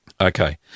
Okay